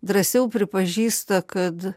drąsiau pripažįsta kad